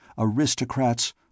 Aristocrats